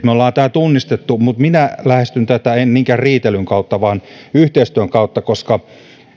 me olemme tämän tunnistaneet minä lähestyn tätä en niinkään riitelyn kautta vaan yhteistyön kautta koska